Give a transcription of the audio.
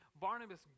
Barnabas